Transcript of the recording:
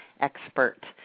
expert